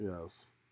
Yes